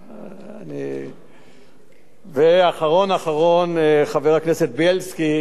חבר הכנסת בילסקי שעשה ומשקיע ותורם,